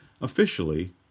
Officially